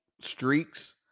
streaks